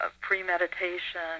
premeditation